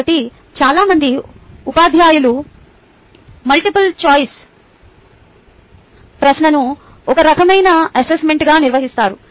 కాబట్టి చాలా మంది ఉపాధ్యాయులు మల్టిపుల్ చాయిస్ ప్రశ్నను ఒక రకమైన అసెస్మెంట్గా నిర్వహిస్తారు